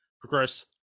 progress